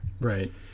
Right